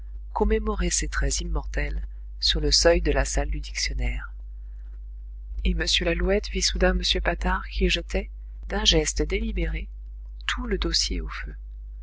commémorer ses traits immortels sur le seuil de la salle du dictionnaire et m lalouette vit soudain m patard qui jetait d'un geste délibéré tout le dossier au feu